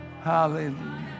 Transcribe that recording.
Hallelujah